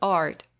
art